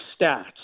stats